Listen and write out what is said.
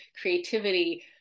creativity